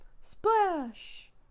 Splash